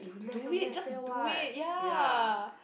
do it just do it ya